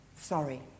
sorry